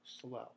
slow